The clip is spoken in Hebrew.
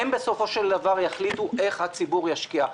כדי שהעמיתים בסופו של דבר יחליטו איך הציבור ישקיע.